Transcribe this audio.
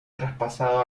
traspasado